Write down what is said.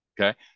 Okay